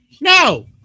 no